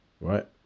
right